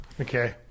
Okay